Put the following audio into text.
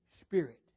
Spirit